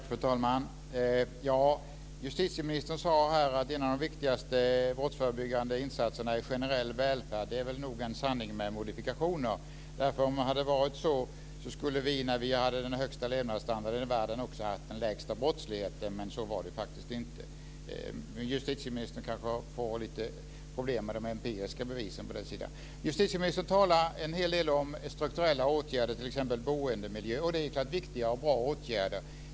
Fru talman! Justitieministern sade att en av de viktigaste brottsförebyggande insatserna är generell välfärd. Det är väl en sanning med modifikationer. Om det hade varit så skulle vi när vi hade den högsta levnadsstandarden i världen också haft den lägsta brottsligheten. Så var det faktiskt inte. Justitieministern kanske får lite problem med de empiriska bevisen i den delen. Justitieministern talar en hel del om strukturella åtgärder, t.ex. boendemiljö. Det är viktiga och bra åtgärder.